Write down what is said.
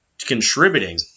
Contributing